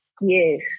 Yes